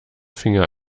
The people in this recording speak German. finger